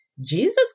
Jesus